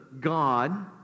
God